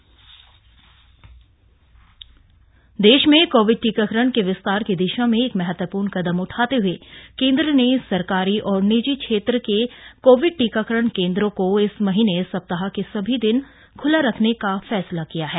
टीकाकरण केंद्र देश में कोविड टीकाकरण के विस्तार की दिशा में एक महत्वपूर्ण कदम उठाते हए केन्द्र ने सरकारी और निजी क्षेत्र के कोविड टीकाकरण केंदों को इस महीने सप्ताह के सभी दिन खुला रखने का फैसला किया है